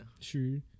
True